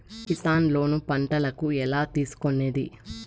Kisan loan పంటలకు ఎలా తీసుకొనేది?